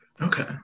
Okay